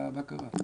מה קרה?